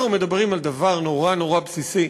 אנחנו מדברים על דבר נורא נורא בסיסי,